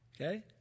okay